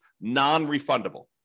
non-refundable